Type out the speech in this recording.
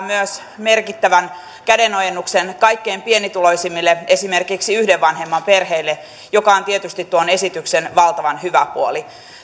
myös merkittävän kädenojennuksen kaikkein pienituloisimmille esimerkiksi yhden vanhemman perheille joka on tietysti tuon esityksen valtavan hyvä puoli